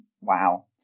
wow